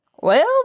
Well